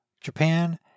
Japan